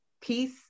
peace